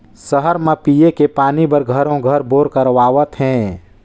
सहर म पिये के पानी बर घरों घर बोर करवावत हें